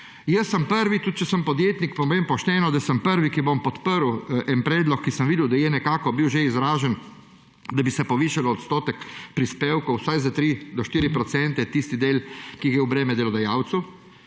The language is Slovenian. Jaz sem prvi, tudi če sem podjetnik, povem pošteno, da sem prvi, ki bom podprl en predlog, ki sem videl, da je nekako bil že izražen, da bi se povišalo odstotek prispevkov, vsaj za 3 do 4 %, tisti del, ki gre v breme delodajalcu,